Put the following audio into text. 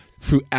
throughout